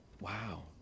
Wow